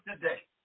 today